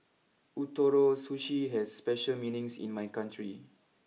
Ootoro Sushi has special meanings in my country